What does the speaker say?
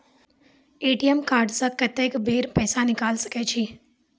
ATM card से कत्तेक बेर पैसा निकाल सके छी?